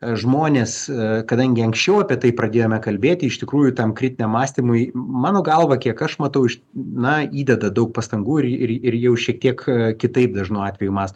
žmonės kadangi anksčiau apie tai pradėjome kalbėti iš tikrųjų tam kritiniam mąstymui mano galva kiek aš matau na įdeda daug pastangų ir ir ir jau šiek tiek kitaip dažnu atveju mąsto